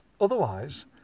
Otherwise